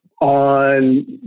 on